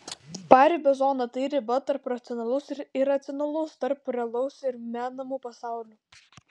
paribio zona tai riba tarp racionalaus ir iracionalaus tarp realaus ir menamų pasaulių